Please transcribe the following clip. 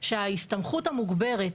שההסתמכות המוגברת,